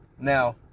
Now